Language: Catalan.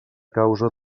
causa